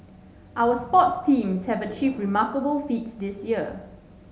our sports teams have achieved remarkable feats this year